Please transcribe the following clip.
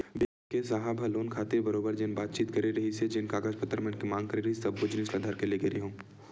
bank के साहेब ह लोन खातिर बरोबर जेन बातचीत करे रिहिस हे जेन कागज पतर मन के मांग करे सब्बो जिनिस ल धर के लेगे रेहेंव